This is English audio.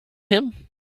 him